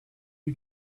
you